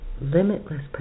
limitless